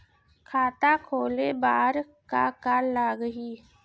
खाता खोले बार का का लागही?